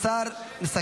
יש שר מסכם?